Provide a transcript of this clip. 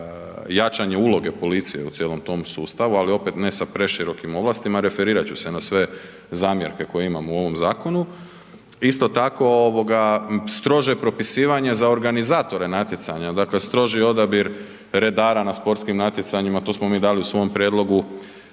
na jačanje uloge policije u cijelom tom sustavu, ali opet ne sa preširokim ovlastima, referirat ću se na sve zamjerke koje imamo u ovom zakonu. Isto tako ovoga strože propisivanje za organizatore natjecanja, dakle stroži odabir redara na sportskim natjecanjima, to smo mi dali u svom prijedlogu,